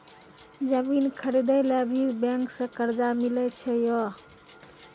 जमीन खरीदे ला भी बैंक से कर्जा मिले छै यो?